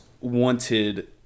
wanted